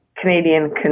Canadian